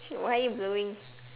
why are you blowing